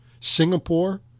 Singapore